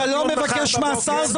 אתה לא מבקש מהשר,